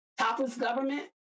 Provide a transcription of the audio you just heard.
toplessgovernment